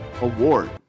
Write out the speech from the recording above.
award